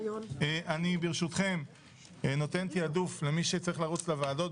אני ברשותכם נותן תעדוף למי שצריך לרוץ לוועדות.